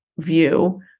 view